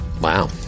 Wow